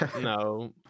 no